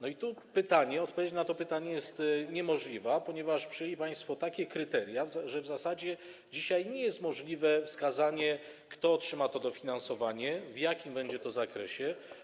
I tu odpowiedź na to pytanie jest niemożliwa, ponieważ przyjęli państwo takie kryteria, że w zasadzie dzisiaj nie jest możliwe wskazanie, kto otrzyma to dofinansowanie, w jakim będzie to zakresie.